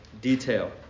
detail